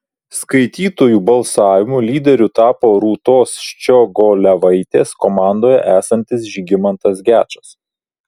skaitytojų balsavimu lyderiu tapo rūtos ščiogolevaitės komandoje esantis žygimantas gečas